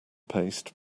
paste